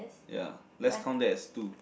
ya let's count that as two